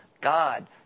God